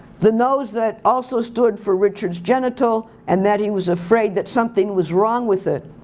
the nose that also stood for richard's genital and that he was afraid that something was wrong with it,